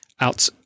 out